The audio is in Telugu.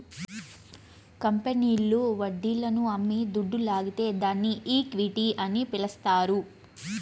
కంపెనీల్లు వడ్డీలను అమ్మి దుడ్డు లాగితే దాన్ని ఈక్విటీ అని పిలస్తారు